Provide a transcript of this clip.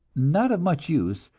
not of much use,